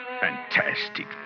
Fantastic